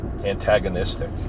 antagonistic